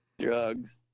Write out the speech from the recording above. Drugs